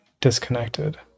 Disconnected